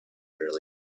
earlier